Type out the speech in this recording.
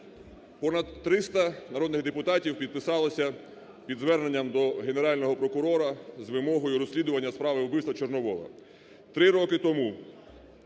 Понад 300 народних депутатів підписалося під зверненням до Генерального прокурора з вимогою розслідування справи вбивства Чорновола. Три роки тому